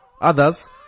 others